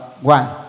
one